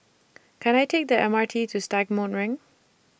Can I Take The M R T to Stagmont Ring